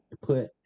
put